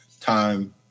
time